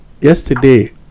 Yesterday